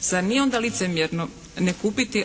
Zar nije onda licemjerno ne kupiti,